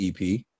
EP